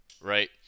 right